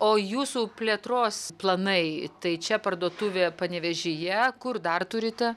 o jūsų plėtros planai tai čia parduotuvė panevėžyje kur dar turite